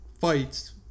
fights